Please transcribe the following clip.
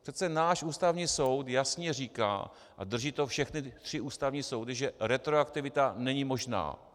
Přece náš Ústavní soud jasně říká a drží to všechny tři ústavní soudy že retroaktivita není možná.